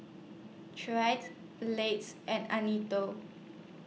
Tre Blake and